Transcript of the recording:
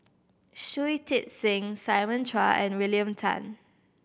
Shui Tit Sing Simon Chua and William Tan